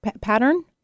pattern